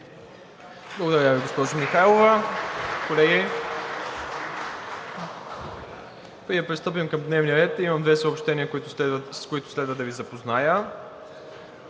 Благодаря Ви, госпожо Михайлова. Преди да пристъпим към дневния ред, имам две съобщения, с които следва да Ви запозная.